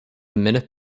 minute